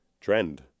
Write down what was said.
trend